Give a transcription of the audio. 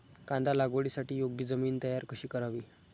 कांदा लागवडीसाठी योग्य जमीन तयार कशी करावी?